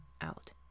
out